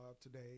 today